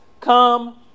come